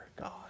God